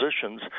positions